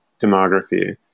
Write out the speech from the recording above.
demography